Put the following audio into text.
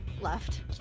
left